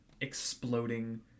exploding